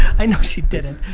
i know she didn't.